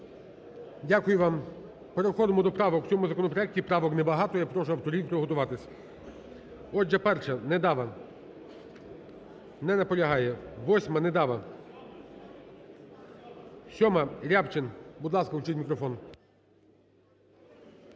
Дякую вам. Переходимо до правок в цьому законопроекті, правок не багато, я прошу авторів приготуватися. Отже, перше, Недава. Не наполягає. 8-а, Недава. 7-а, Рябчин. Будь ласка, включіть мікрофон.